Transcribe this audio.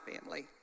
family